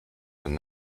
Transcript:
than